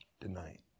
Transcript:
tonight